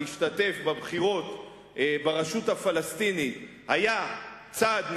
להשתתף בבחירות ברשות הפלסטינית היה צעד נכון,